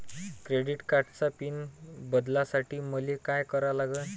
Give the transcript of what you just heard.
Credit कार्डाचा PIN बदलासाठी मले का करा लागन?